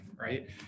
Right